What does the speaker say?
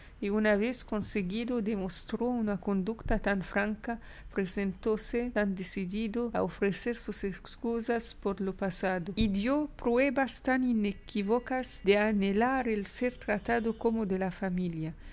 y una vez conseguido demostró una conducta tan franca presentóse tan decidido a ofrecer sus excusas por lo pasado y dió pruebas tan inequívocas de anhelar el ser tratado como de la familia